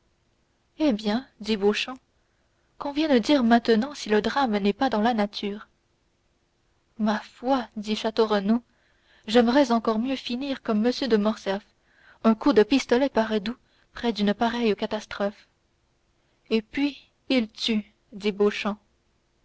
eh bien dit beauchamp qu'on vienne dire maintenant que le drame n'est pas dans la nature ma foi dit château renaud j'aimerais encore mieux finir comme m de morcerf un coup de pistolet paraît doux près d'une pareille catastrophe et puis il tue dit